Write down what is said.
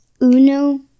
Uno